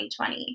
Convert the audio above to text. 2020